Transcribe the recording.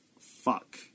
fuck